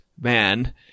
man